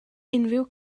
unrhyw